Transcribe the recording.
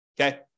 okay